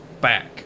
back